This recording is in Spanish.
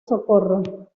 socorro